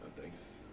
Thanks